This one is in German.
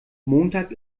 montag